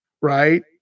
right